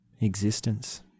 existence